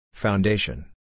Foundation